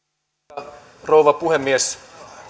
arvoisa rouva puhemies